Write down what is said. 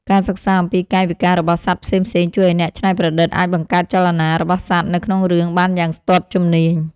ការសិក្សាអំពីកាយវិការរបស់សត្វផ្សេងៗជួយឱ្យអ្នកច្នៃប្រឌិតអាចបង្កើតចលនារបស់សត្វនៅក្នុងរឿងបានយ៉ាងស្ទាត់ជំនាញ។